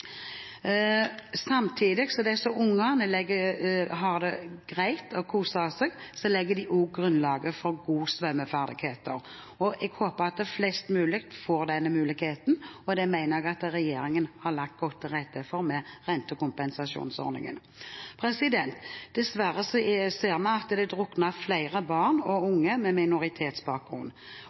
Samtidig som disse ungene har det greit og koser seg, legger de også grunnlaget for gode svømmeferdigheter. Jeg håper at flest mulig får den muligheten, og det mener jeg at regjeringen har lagt godt til rette for med rentekompensasjonsordningen. Dessverre ser vi at det drukner flere barn og